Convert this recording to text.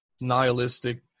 nihilistic